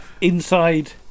inside